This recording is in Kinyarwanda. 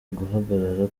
guhagarara